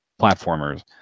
platformers